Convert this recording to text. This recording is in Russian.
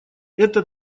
это